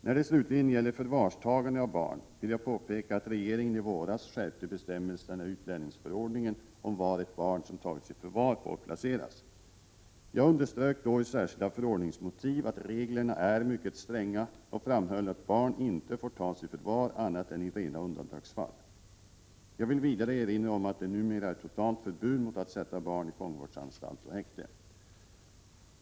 När det slutligen gäller förvarstagande av barn vill jag påpeka att regeringen i våras skärpte bestämmelserna i utlänningsförordningen om var ett barn som tagits i förvar får placeras. Jag underströk då i särskilda förordningsmotiv att reglerna är mycket stränga och framhöll att barn inte får tas i förvar annat än i rena undantagsfall. Jag vill vidare erinra om att det numera är totalt förbud mot att sätta barn i en fångvårdsanstalt och häkte.